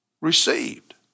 received